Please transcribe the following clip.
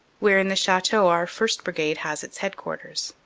where in the chateau our first. brigade has its headquarters,